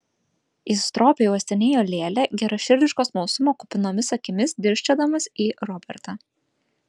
jis stropiai uostinėjo lėlę geraširdiško smalsumo kupinomis akimis dirsčiodamas į robertą